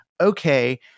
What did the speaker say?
okay